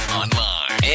online